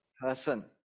person